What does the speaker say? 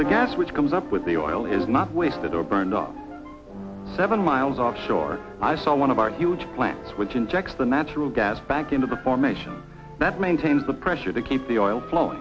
the gas which comes up with the oil is not wasted or burned off seven miles offshore i saw one of our huge plants which injects the natural gas back into the formation that maintains the pressure to keep the oil flowing